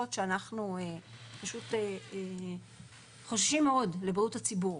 שאנחנו פשוט חוששים מאוד לבריאות הציבור